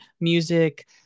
music